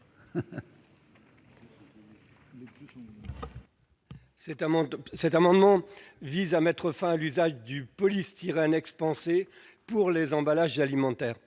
Cet amendement vise à mettre fin à l'usage du polystyrène expansé pour les emballages alimentaires.